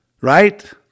Right